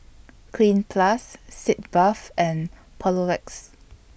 Cleanz Plus Sitz Bath and Papulex